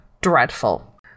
dreadful